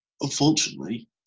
unfortunately